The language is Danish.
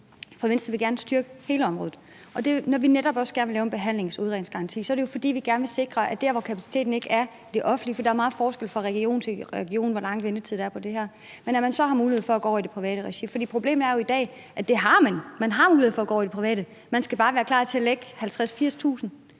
for Venstre vil gerne styrke hele området, og når vi netop også gerne vil lave en behandlings- og udredningsgaranti, er det jo, fordi vi gerne vil sikre, at der, hvor kapaciteten ikke er i det offentlige, for der er meget forskel fra region til region på, hvor lang ventetid der er på det her, har man mulighed for at gå over i det private regi. For problemet er jo i dag, at det har man, man har mulighed for at gå over i det private, men man skal bare være klar til at lægge 50.000-80.000